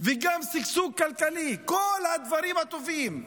וגם שגשוג כלכלי, כל הדברים הטובים: